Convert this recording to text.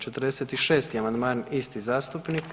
46. amandman isti zastupnik.